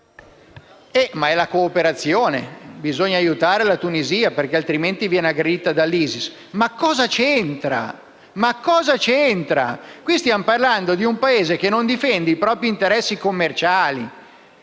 della cooperazione e perché bisogna aiutare la Tunisia perché altrimenti viene aggredita dall'ISIS. Ma cosa c'entra? Stiamo parlando di un Paese che non difende i propri interessi commerciali.